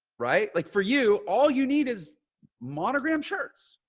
right? like for you, all you need is monogrammed shirts.